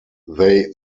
they